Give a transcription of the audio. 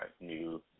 new